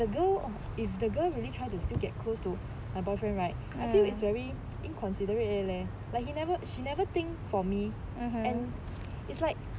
I feel the girl if the girl really try to still get close to my boyfriend right I feel it's very inconsiderate leh like he never she never think for me it's like